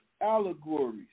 allegories